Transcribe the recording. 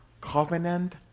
covenant